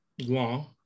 Long